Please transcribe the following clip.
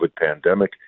pandemic